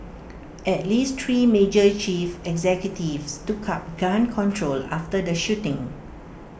at least three major chief executives took up gun control after the shooting